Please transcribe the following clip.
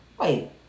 wait